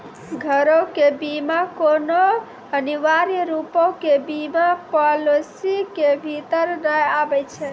घरो के बीमा कोनो अनिवार्य रुपो के बीमा पालिसी के भीतर नै आबै छै